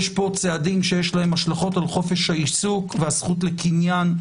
יש פה צעדים שיש להם השלכות על חופש העיסוק והזכות לקניין.